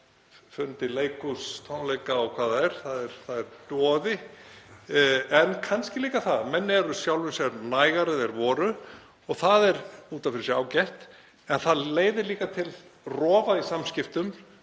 fundi, leikhús, tónleika og hvað það er. Það er doði, en kannski eru menn líka sjálfum sér nægari en þeir voru. Það er út af fyrir sig ágætt en það leiðir líka til rofa í samskiptum.